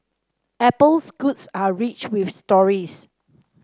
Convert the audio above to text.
apple's goods are rich with stories